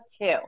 two